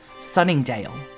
Sunningdale